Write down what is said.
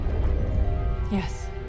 yes